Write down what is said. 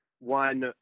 one